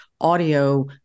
audio